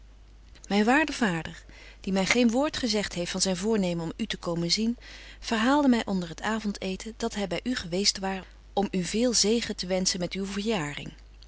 myn waarde vader die my geen woord gezegt heeft van zyn voornemen om u te komen zien verhaalde my onder het avond eeten dat hy by u geweest waar om u veel zegen te wenschen met uwe